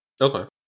Okay